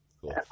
Cool